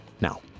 Now